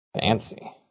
Fancy